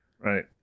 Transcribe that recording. Right